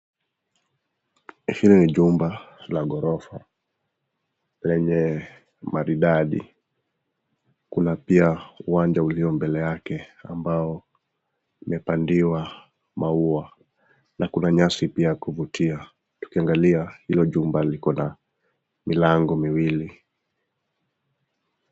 Hii ni jumba la ghorofa lenye maridadi, kuna pia uwanja ulio mbele yake ambao imepandiwa maua na kuna nyasi pia ya kuvutia, tukiangalia hilo jumba liko na milango miwili.